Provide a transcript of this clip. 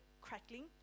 crackling